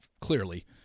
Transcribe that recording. clearly